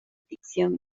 dirección